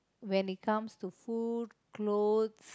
when it comes to food clothes